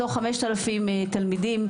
מתוך 5,000 תלמידים,